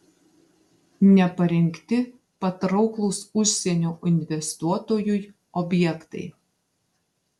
neparengti patrauklūs užsienio investuotojui objektai